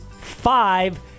five